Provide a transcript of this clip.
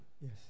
yes